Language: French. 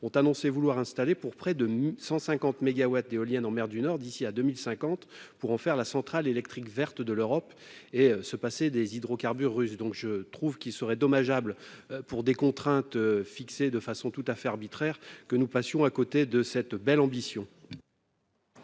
ont annoncé vouloir installer pour près de 150 mégawatts d'éoliennes en mer du Nord d'ici à 2050 pour en faire la centrale électrique verte de l'Europe et se passer des hydrocarbures russes, donc je trouve qu'il serait dommageable pour des contraintes fixées de façon tout à fait arbitraire que nous passions à côté de cette belle ambition.